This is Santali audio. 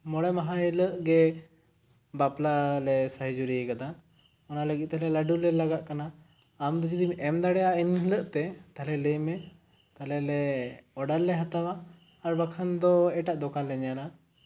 ᱢᱚᱬᱮ ᱢᱟᱦᱟ ᱦᱤᱞᱟᱹᱜ ᱜᱮ ᱵᱟᱯᱞᱟ ᱞᱮ ᱥᱟᱹᱦᱤ ᱡᱩᱨᱤ ᱠᱟᱫᱟ ᱚᱱᱟ ᱞᱟᱹᱜᱤᱫ ᱛᱮᱞᱮ ᱞᱟᱹᱰᱩ ᱞᱮ ᱞᱟᱜᱟᱜ ᱠᱟᱱᱟ ᱟᱢ ᱫᱚ ᱡᱩᱫᱤᱢ ᱮᱢ ᱫᱟᱲᱮᱭᱟᱜᱼᱟ ᱤᱱᱟᱹ ᱦᱤᱞᱟᱹᱜ ᱛᱮ ᱛᱟᱦᱚᱞᱮ ᱞᱟᱹᱭ ᱢᱮ ᱟᱞᱮ ᱞᱮ ᱚᱰᱟᱨ ᱞᱮ ᱦᱟᱛᱟᱣᱟ ᱟᱨ ᱵᱟᱠᱷᱟᱱ ᱫᱚ ᱮᱴᱟᱜ ᱫᱚᱠᱟᱱ ᱞᱮ ᱧᱮᱞᱟ